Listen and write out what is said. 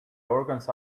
organs